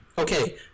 Okay